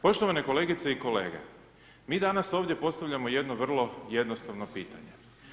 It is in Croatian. Poštovane kolegice i kolege mi danas ovdje postavljamo jedno vrlo jednostavno pitanje.